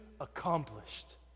accomplished